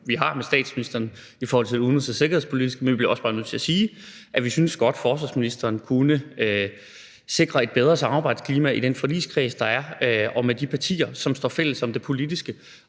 vi har med statsministeren i forhold til det udenrigs– og sikkerhedspolitiske, men vi bliver også bare nødt til at sige, at vi godt synes, at forsvarsministeren kunne sikre et bedre samarbejdsklima i den forligskreds, der er, og med de partier, som står sammen om det politiske.